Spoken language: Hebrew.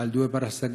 ועל דיור בר-השגה,